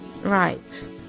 right